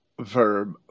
verb